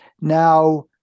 Now